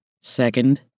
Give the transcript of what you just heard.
Second